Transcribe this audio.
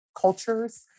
cultures